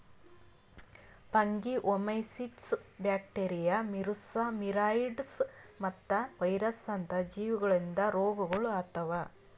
fungi, oomycetes, bacteria, viruses, viroids ಮತ್ತ virus ಅಂತ ಜೀವಿಗೊಳಿಂದ್ ರೋಗಗೊಳ್ ಆತವ್